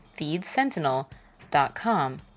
feedsentinel.com